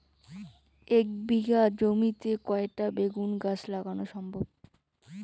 এক বিঘা জমিতে কয়টা বেগুন গাছ লাগানো সম্ভব?